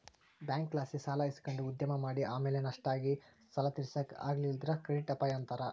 ಬ್ಯಾಂಕ್ಲಾಸಿ ಸಾಲ ಇಸಕಂಡು ಉದ್ಯಮ ಮಾಡಿ ಆಮೇಲೆ ನಷ್ಟ ಆಗಿ ಸಾಲ ತೀರ್ಸಾಕ ಆಗಲಿಲ್ಲುದ್ರ ಕ್ರೆಡಿಟ್ ಅಪಾಯ ಅಂತಾರ